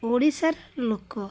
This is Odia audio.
ଓଡ଼ିଶାର ଲୋକ